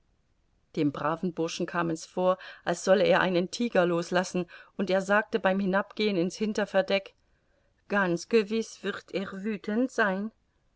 dem braven burschen kam es vor als solle er einen tiger loslassen und er sagte beim hinabgehen in's hinterverdeck ganz gewiß wird er wüthend sein